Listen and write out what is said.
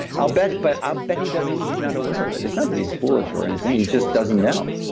i'll bet, but i'll bet he doesn't, he's not aware of it. it's not that he's foolish or anything, he just doesn't know.